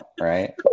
right